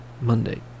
Monday